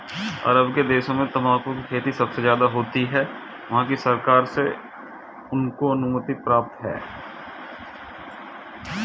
अरब के देशों में तंबाकू की खेती सबसे ज्यादा होती है वहाँ की सरकार से उनको अनुमति प्राप्त है